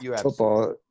Football